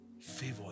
favor